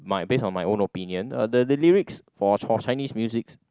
my based on my own opinion uh the the lyrics for chi~ Chinese musics